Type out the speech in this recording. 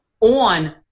on